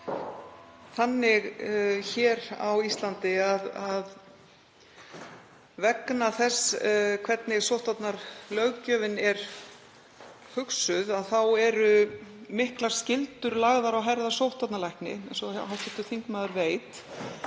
þannig hér á Íslandi að vegna þess hvernig sóttvarnalöggjöfin er hugsuð eru miklar skyldur lagðar á herðar sóttvarnalækni, eins og hv. þingmaður veit,